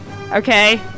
Okay